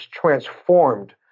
transformed